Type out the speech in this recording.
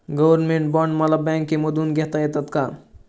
Government bond मला बँकेमधून घेता येतात का?